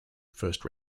first